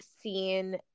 seen